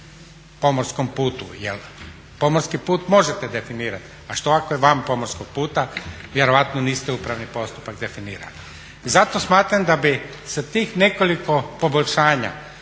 pomorskom putu. Jel pomorski put možete definirati, a što je ako je van pomorskog puta? Vjerojatno niste upravni postupak definirali. Zato smatram da bi se sa tih nekoliko poboljšanja